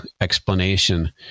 explanation